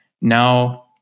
Now